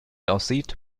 aussieht